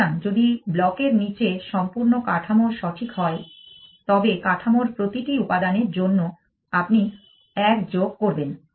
সুতরাং যদি ব্লকের নীচে সম্পূর্ণ কাঠামো সঠিক হয় তবে কাঠামোর প্রতিটি উপাদানের জন্য আপনি 1 যোগ করবেন